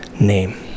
name